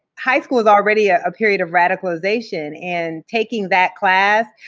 high school was already a period of radicalization, and taking that class,